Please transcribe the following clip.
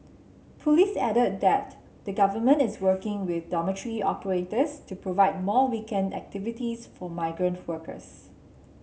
police added that the Government is working with dormitory operators to provide more weekend activities for migrant workers